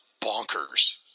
bonkers